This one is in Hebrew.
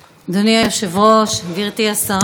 אדוני היושב-ראש, גברתי השרה,